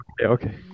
okay